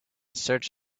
search